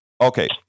Okay